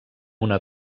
una